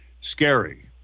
scary